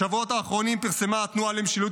בשבועות האחרונים פרסמה התנועה למשילות